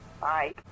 Bye